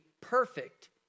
perfect